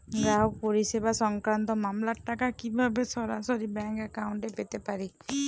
গ্রাহক পরিষেবা সংক্রান্ত মামলার টাকা কীভাবে সরাসরি ব্যাংক অ্যাকাউন্টে পেতে পারি?